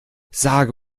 sage